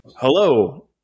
Hello